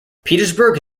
petersburg